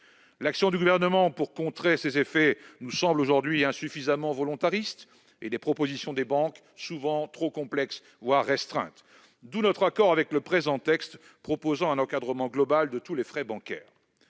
L'action du Gouvernement pour contrer ces effets nous semble insuffisamment volontariste et les propositions des banques souvent trop complexes, voire restreintes. C'est pourquoi le groupe CRCE est d'accord avec le présent texte qui propose un encadrement global de tous les frais bancaires.